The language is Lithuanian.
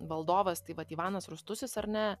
valdovas tai vat ivanas rūstusis ar ne